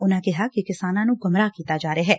ਉਨੂਾ ਕਿਹਾ ਕਿ ਕਿਸਾਨਾ ਨੂੂ ਗੁੰਮਰਾਹ ਕੀਤਾ ਜਾ ਰਿਹੈ